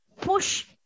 push